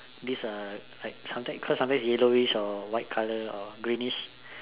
this uh like sometime cause sometimes is yellowish or white colour or greenish